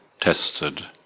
tested